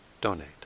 donate